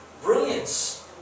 brilliance